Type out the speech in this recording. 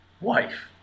wife